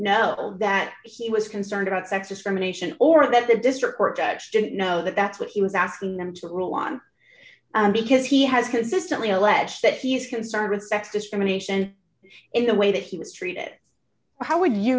know that he was concerned about sex discrimination or that the district court actually didn't know that that's what he was asking them to rule on because he has consistently alleged that he's concerned with sex discrimination in the way that he was treated how would you